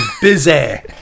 busy